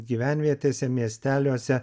gyvenvietėse miesteliuose